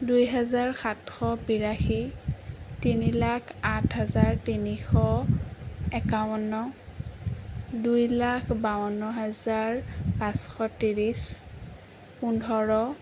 দুই হেজাৰ সাতশ বিৰাশী তিনি লাখ আঠ হাজাৰ তিনিশ একাৱন্ন দুই লাখ বাৱন্ন হাজাৰ পাঁচশ ত্ৰিছ পোন্ধৰ